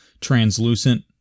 translucent